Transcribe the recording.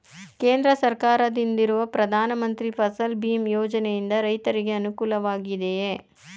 ಕೇಂದ್ರ ಸರ್ಕಾರದಿಂದಿರುವ ಪ್ರಧಾನ ಮಂತ್ರಿ ಫಸಲ್ ಭೀಮ್ ಯೋಜನೆಯಿಂದ ರೈತರಿಗೆ ಅನುಕೂಲವಾಗಿದೆಯೇ?